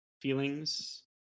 feelings